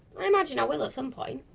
i imagine i will at some point.